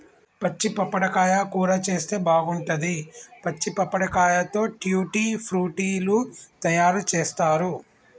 పచ్చి పప్పడకాయ కూర చేస్తే బాగుంటది, పచ్చి పప్పడకాయతో ట్యూటీ ఫ్రూటీ లు తయారు చేస్తారు